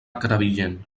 crevillent